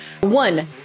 One